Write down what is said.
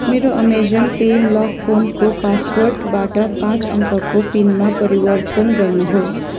मेरो Amazon pay lock फोनको पासवर्डबाट पाँच अङ्कको पिनमा परिवर्तन गर्नुहोस्